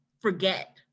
forget